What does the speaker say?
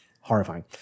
Horrifying